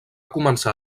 començar